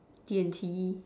D_and_T